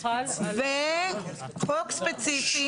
וחוק ספציפי,